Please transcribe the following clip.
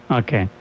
okay